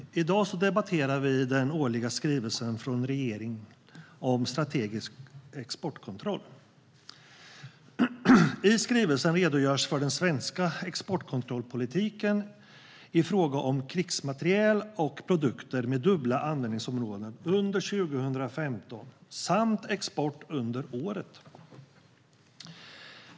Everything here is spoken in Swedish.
Herr talman! I dag debatterar vi den årliga skrivelsen från regeringen om strategisk exportkontroll. I skrivelsen redogörs för den svenska exportkontrollpolitiken i fråga om krigsmateriel och produkter med dubbla användningsområden under 2015 samt export under året.